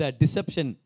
deception